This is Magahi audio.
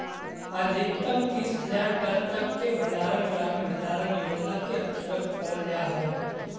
अधिकतम तीस हज़ार टन तक के भंडारण ग्रामीण भंडारण योजना के अंतर्गत करल जा हई